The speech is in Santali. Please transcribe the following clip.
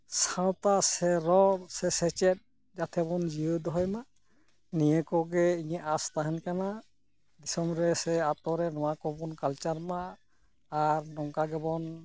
ᱥᱟᱶᱛᱟ ᱥᱮ ᱨᱚᱲ ᱥᱮ ᱥᱮᱪᱮᱫ ᱡᱟᱛᱮ ᱵᱚᱱ ᱡᱤᱭᱟᱹᱲ ᱫᱚᱦᱚᱭ ᱢᱟ ᱱᱤᱭᱟᱹ ᱠᱚᱜᱮ ᱤᱧᱟᱹᱜ ᱟᱥ ᱛᱟᱦᱮᱱ ᱠᱟᱱᱟ ᱫᱤᱥᱚᱢ ᱨᱮ ᱟᱹᱛᱩ ᱨᱮ ᱱᱚᱣᱟ ᱠᱚᱵᱚᱱ ᱠᱟᱞᱪᱟᱨ ᱢᱟ ᱟᱨ ᱱᱚᱝᱠᱟ ᱜᱮᱵᱚᱱ